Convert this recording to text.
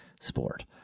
sport